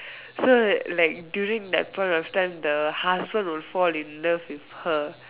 so like like during that point of time the husband will fall in love with her